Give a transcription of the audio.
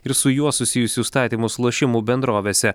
ir su juo susijusius statymus lošimų bendrovėse